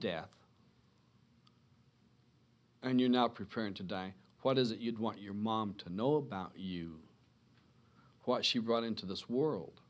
death and you know preparing to die what is it you'd want your mom to know about you why she brought into this world